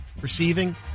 receiving